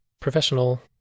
professional